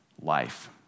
life